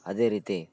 ಅದೇ ರೀತಿ